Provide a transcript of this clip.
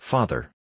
Father